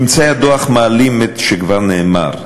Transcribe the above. ממצאי הדוח מעלים את שכבר נאמר,